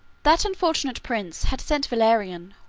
that unfortunate prince had sent valerian,